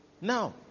Now